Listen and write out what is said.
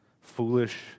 foolish